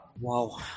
Wow